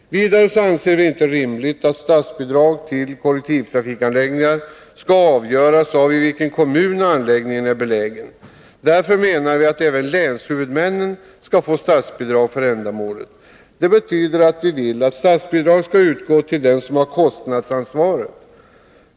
Vidare anser vi det inte rimligt att statsbidrag till kollektivtrafikanläggningar skall avgöras av i vilken kommun anläggningen är belägen. Därför menar vi att även länshuvudmännen skall få statsbidrag för ändamålet. Det betyder att vi vill att statsbidrag skall utgå till dem som har kostnadsansvaret.